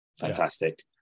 fantastic